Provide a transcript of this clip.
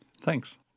Thanks